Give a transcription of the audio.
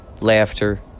Laughter